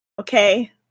Okay